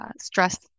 stress